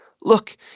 Look